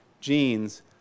genes